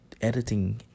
editing